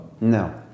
no